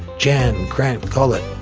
jan grant gullet,